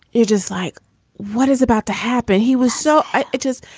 it is like what is about to happen? he was so it it is.